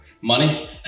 Money